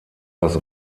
das